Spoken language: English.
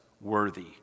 worthy